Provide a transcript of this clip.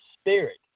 spirit